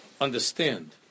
understand